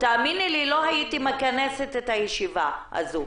תאמיני לי שלא הייתי מכנסת את הישיבה הזאת.